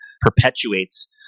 perpetuates